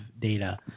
data